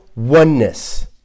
oneness